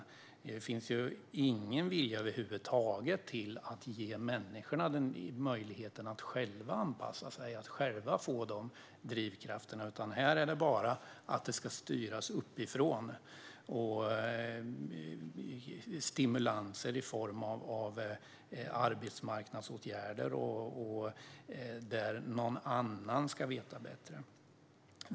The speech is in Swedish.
Det finns ingen vilja över huvud taget att ge människor denna möjlighet att själva anpassa sig och att själva få drivkrafterna. För henne handlar det bara om att det ska styras uppifrån och om stimulanser i form av arbetsmarknadsåtgärder där någon annan ska veta bättre.